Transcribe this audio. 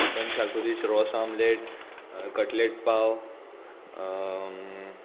chicken xacuti ros omelette cutlet पाव